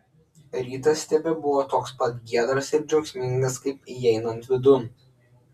rytas tebebuvo toks pat giedras ir džiaugsmingas kaip įeinant vidun